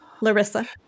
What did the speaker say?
Larissa